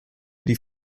die